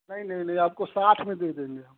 नहीं नहीं नहीं आपको साठ में दे देंगे